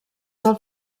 del